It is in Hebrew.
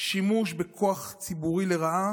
שימוש בכוח ציבורי לרעה